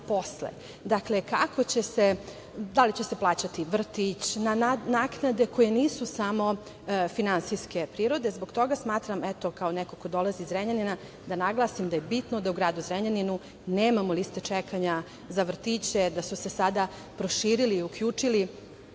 raditi posle, da li će se plaćati vrtić, naknade koje nisu samo finansijske prirode. Zbog toga smatram, eto, kao neko ko dolazi iz Zrenjanina, da naglasim da je bitno da u gradu Zrenjaninu nemamo liste čekanja za vrtiće, da su se sada proširili i uključili